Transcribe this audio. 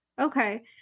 Okay